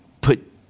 put